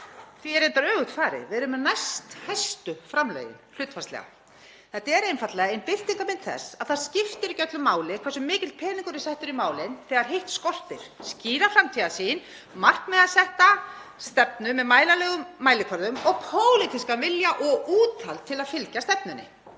og erum við með næsthæstu framlögin hlutfallslega. Þetta er einfaldlega ein birtingarmynd þess að það skiptir ekki öllu máli hversu mikill peningur er settur í málin þegar hitt skortir; skýra framtíðarsýn, markmiðasetta stefnu með mælanlegum mælikvörðum og pólitískan vilja og úthald til að fylgja stefnunni.